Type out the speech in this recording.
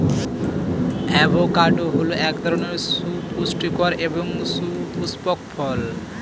avocado হল এক ধরনের সুপুষ্টিকর এবং সপুস্পক ফল